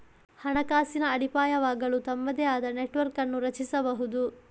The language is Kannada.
ಹಣಕಾಸಿನ ಅಡಿಪಾಯವಾಗಲು ತಮ್ಮದೇ ಆದ ನೆಟ್ವರ್ಕ್ ಅನ್ನು ರಚಿಸಬಹುದು